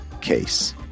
case